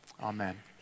Amen